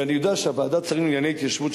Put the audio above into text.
ואני יודע שוועדת שרים לענייני התיישבות,